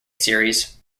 series